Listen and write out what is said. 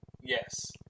Yes